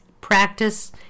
practice